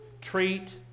treat